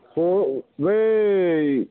ह' बै